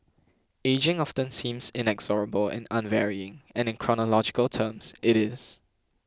ageing often seems inexorable and unvarying and in chronological terms it is